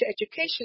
Education